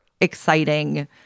exciting